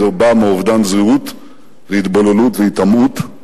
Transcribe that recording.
זה בא מאובדן זהות והתבוללות והיטמעות.